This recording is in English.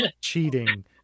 cheating